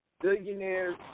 billionaires